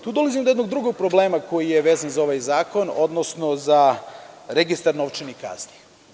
Tu dolazimo do jednog drugog problema koji je vezan za ovaj zakon, odnosno za registar novčanih kazni.